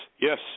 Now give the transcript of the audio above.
yes